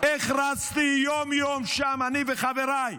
איך רצתי יום-יום שם, אני וחבריי,